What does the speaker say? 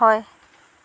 হয়